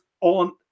on